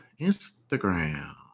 Instagram